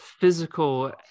physical